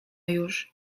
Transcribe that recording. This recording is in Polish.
już